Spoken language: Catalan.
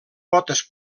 potes